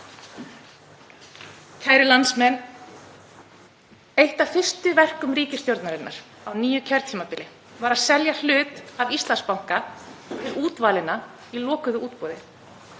Kæru landsmenn. Eitt af fyrstu verkum ríkisstjórnarinnar á nýju kjörtímabili var að selja hlut af Íslandsbanka til útvalinna í lokuðu útboði.